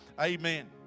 Amen